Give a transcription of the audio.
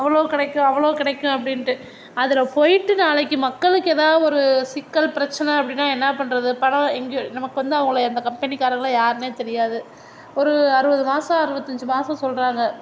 அவ்வளோ கிடைக்கும் அவ்வளோ கிடைக்கும் அப்படின்ட்டு அதில் போய்விட்டு நாளைக்கு மக்களுக்கு எதாவது ஒரு சிக்கல் பிரச்சனை அப்படின்னா என்ன பண்ணுறது பணம் எங்கையோ நமக்கு வந்து அவங்கள எந்த கம்பெனி காரவங்களை யாருனே தெரியாது ஒரு அறுபது மாதம் அறுவத்தஞ்சி மாதம் சொல்லுறாங்க